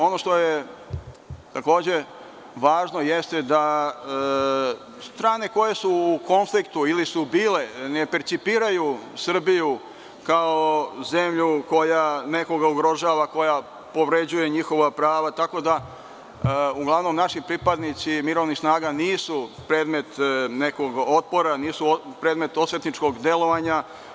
Ono što je takođe važno jeste da strane koje su u konfliktu, ili su bile, ne percipiraju Srbiju kao zemlju koja nekoga ugrožava, koja povređuje njihova prava, tako da uglavnom naši pripadnici mirovnih snaga nisu predmet nekog otpora, nisu predmet osvetničkog delovanja.